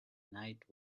night